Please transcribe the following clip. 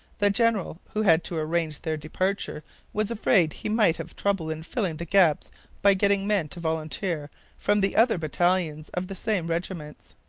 the general who had to arrange their departure was afraid he might have trouble in filling the gaps by getting men to volunteer from the other battalions of the same regiments.